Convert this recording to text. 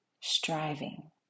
striving